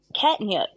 catnip